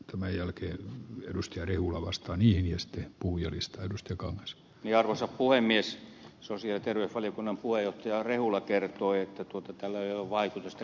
tämän jälkeen tiedusteli ullavasta niihin joista puhujalista edustan sosiaali ja terveysvaliokunnan puheenjohtaja rehula kertoi että tällä ei ole vaikutusta kelan rahoitukseen